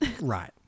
Right